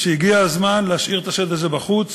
אני חושב שהגיע הזמן להשאיר את השד הזה בחוץ,